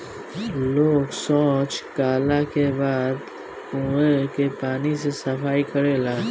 लोग सॉच कैला के बाद कुओं के पानी से सफाई करेलन